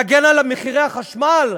להגן על מחירי החשמל?